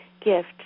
gift